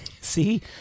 See